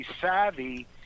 savvy